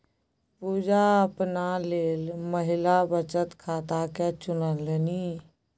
पुजा अपना लेल महिला बचत खाताकेँ चुनलनि